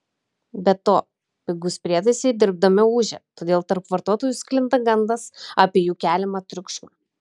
be to pigūs prietaisai dirbdami ūžia todėl tarp vartotojų sklinda gandas apie jų keliamą triukšmą